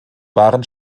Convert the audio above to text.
waren